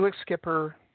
Skipper